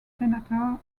senator